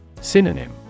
Synonym